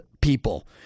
people